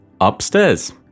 upstairs